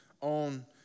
on